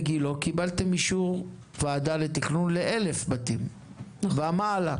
בגילה קיבלתם אישור ועדה לתכנון ל-1,000 בתים ומעלה.